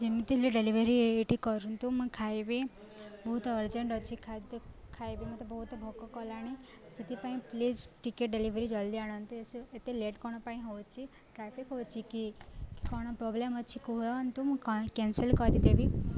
ଯେମିତି ହେଲେ ଡେଲିଭରି ଏଇଠି କରନ୍ତୁ ମୁଁ ଖାଇବି ବହୁତ ଅର୍ଜେଣ୍ଟ ଅଛି ଖାଦ୍ୟ ଖାଇବି ମତେ ବହୁତ ଭୋକ କଲାଣି ସେଥିପାଇଁ ପ୍ଲିଜ୍ ଟିକେ ଡେଲିଭରି ଜଲ୍ଦି ଆଣନ୍ତୁ ଲେଟ୍ କ'ଣ ପାଇଁ ହଉଛି ଟ୍ରାଫିକ୍ ହଉଛି କି କ'ଣ ପ୍ରୋବ୍ଲେମ୍ ଅଛି କୁହନ୍ତୁ ମୁଁ କ୍ୟାନସେଲ୍ କରିଦେବି